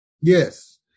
Yes